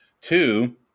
Two